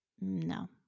No